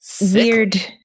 weird